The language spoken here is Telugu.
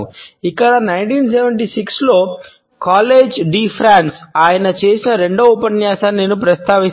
ఇక్కడ 1976 లో కాలేజ్ డి ఫ్రాన్స్లో ఆయన చేసిన రెండవ ఉపన్యాసాన్ని నేను ప్రస్తావిస్తాను